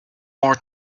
more